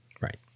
right